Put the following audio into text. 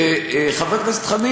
וחבר הכנסת חנין,